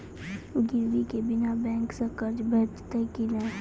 गिरवी के बिना बैंक सऽ कर्ज भेटतै की नै?